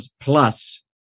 plus